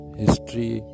history